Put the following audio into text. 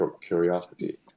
curiosity